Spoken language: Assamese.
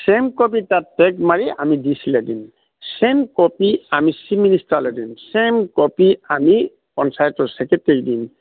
ছেম কপি তাত টেগ মাৰি আমি ডি ছি লে দিম ছেম কপি আমি চিফ মিনিষ্টাৰলে দিম ছেম কপি আমি পঞ্চায়ত ছেক্ৰেটেৰীক দিম